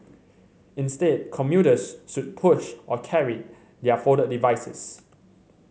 instead commuters should push or carry their folded devices